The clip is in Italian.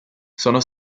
sono